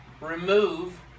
remove